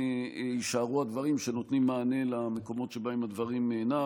יישארו הדברים שנותנים מענה למקומות שבהם הדברים אינם.